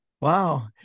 Wow